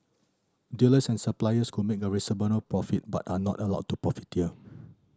dealers and suppliers could make a reasonable profit but are not allowed to profiteer